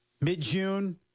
mid-June